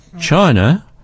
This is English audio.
China